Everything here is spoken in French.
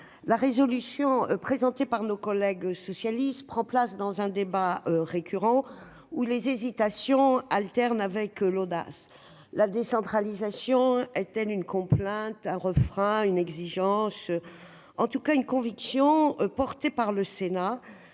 de résolution de nos collègues socialistes prend place dans un débat récurrent, où les hésitations alternent avec l'audace. La décentralisation est-elle une complainte, un refrain, une exigence ? Elle est en tout cas une conviction, défendue par le Sénat,